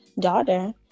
daughter